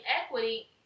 equity